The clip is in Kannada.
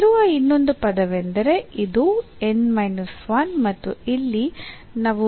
ನಮ್ಮಲ್ಲಿರುವ ಇನ್ನೊಂದು ಪದವೆಂದರೆ ಇದು ಮತ್ತು ಇಲ್ಲಿ ನಾವು ಅನ್ನು ಹೊಂದಿದ್ದೇವೆ